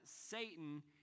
Satan